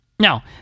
Now